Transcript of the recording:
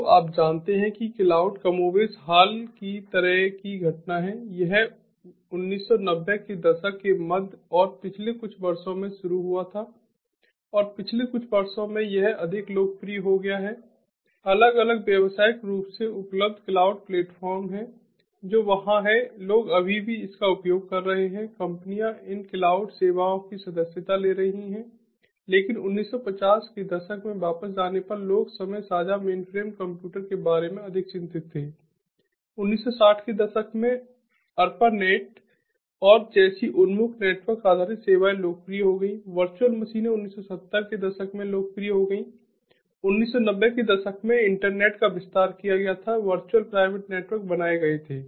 तो आप जानते हैं कि क्लाउड कमोबेश हाल की तरह की घटना है यह 1990 के दशक के मध्य और पिछले कुछ वर्षों में शुरू हुआ था और पिछले कुछ वर्षों में यह अधिक लोकप्रिय हो गया है अलग अलग व्यावसायिक रूप से उपलब्ध क्लाउड प्लेटफ़ॉर्म हैं जो वहाँ हैं लोग अभी भी इसका उपयोग कर रहे हैं कंपनियां इन क्लाउड सेवाओं की सदस्यता ले रही हैं लेकिन 1950 के दशक में वापस जाने पर लोग समय साझा मेनफ्रेम कंप्यूटर के बारे में अधिक चिंतित थे 1960 के दशक में ARPANET और जैसी उन्मुख नेटवर्क आधारित सेवाएं लोकप्रिय हो गईं वर्चुअल मशीनें 1970 के दशक में लोकप्रिय हो गईं 1990 के दशक में इंटरनेट का विस्तार किया गया था वर्चुअल प्राइवेट नेटवर्क बनाए गए थे